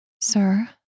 Sir